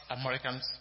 Americans